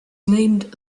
named